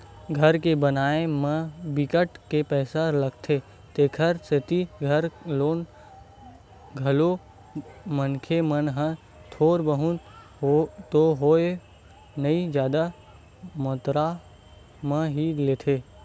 घर के बनाए म बिकट के पइसा लागथे तेखर सेती घर लोन घलो मनखे मन ह थोर बहुत तो लेवय नइ जादा मातरा म ही लेथे